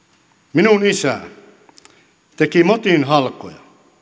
minun isä teki motin halkoja